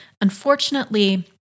Unfortunately